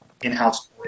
in-house